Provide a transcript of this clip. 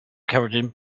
cerdyn